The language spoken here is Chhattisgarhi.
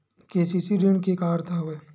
के.सी.सी ऋण के का अर्थ हवय?